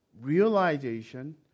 realization